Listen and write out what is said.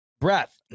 breath